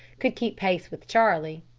could keep pace with charlie.